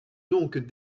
donc